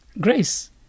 grace